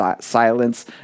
silence